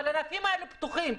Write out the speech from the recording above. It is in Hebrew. אבל הענפים האלה פתוחים.